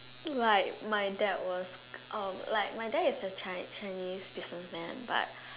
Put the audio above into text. like my dad was um like my dad is a Chi~ Chinese business man but